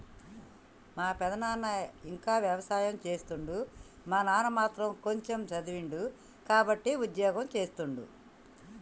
మా పెదనాన ఇంకా వ్యవసాయం చేస్తుండు మా నాన్న మాత్రం కొంచెమ్ చదివిండు కాబట్టే ఉద్యోగం చేస్తుండు